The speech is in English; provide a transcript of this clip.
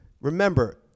remember